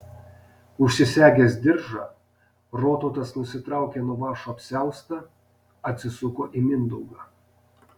užsisegęs diržą rotautas nusitraukė nuo vąšo apsiaustą atsisuko į mindaugą